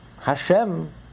Hashem